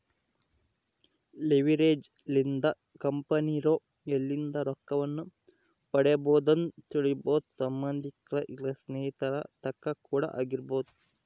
leverage ಲಿಂದ ಕಂಪೆನಿರೊ ಎಲ್ಲಿಂದ ರೊಕ್ಕವನ್ನು ಪಡಿಬೊದೆಂದು ತಿಳಿಬೊದು ಸಂಬಂದಿಕರ ಇಲ್ಲ ಸ್ನೇಹಿತರ ತಕ ಕೂಡ ಆಗಿರಬೊದು